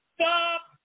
Stop